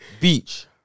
beach